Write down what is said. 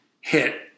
hit